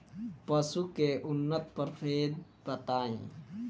पशु के उन्नत प्रभेद बताई?